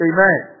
Amen